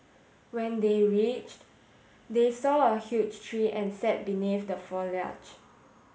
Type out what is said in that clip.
when they reached they saw a huge tree and sat beneath the foliage